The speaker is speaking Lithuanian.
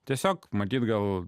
tiesiog matyt gal